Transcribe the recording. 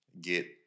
get